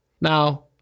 Now